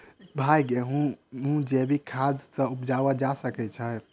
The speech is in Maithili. भाई गेंहूँ जैविक खाद सँ उपजाल जा सकै छैय?